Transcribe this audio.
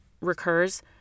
recurs